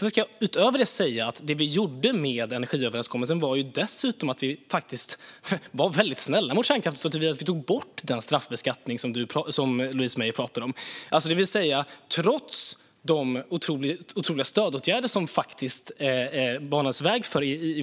Det vi dessutom gjorde med energiöverenskommelsen var att vi faktiskt var snälla mot kärnkraften såtillvida att vi tog bort den straffbeskattning som Louise Meijer talar om. Det vill säga att trots de otroliga stödåtgärder som det banades väg för i